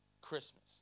Christmas